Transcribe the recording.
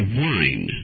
wine